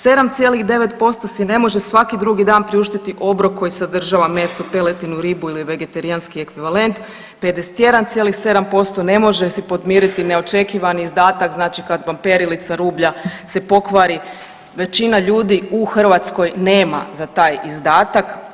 7,9% si ne može svaki drugi dan priuštiti obrok koji sadržava meso, piletinu, ribu ili vegetarijanski ekvivalent, 51,7% ne može si podmiriti neočekivani izdatak znači kad vam perilica rublja se pokvari većina ljudi u Hrvatskoj nema za taj izdatak.